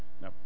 now